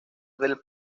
del